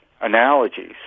analogies